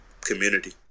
community